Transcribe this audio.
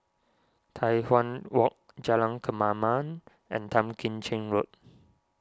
Tai Hwan Walk Jalan Kemaman and Tan Kim Cheng Road